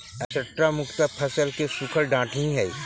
straw मुख्यतः फसल के सूखल डांठ ही हई